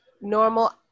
normal